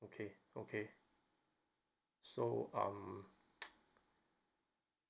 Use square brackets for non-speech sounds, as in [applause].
okay okay so um [noise]